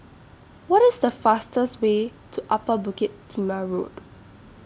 What IS The fastest Way to Upper Bukit Timah Road